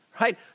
right